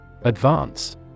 Advance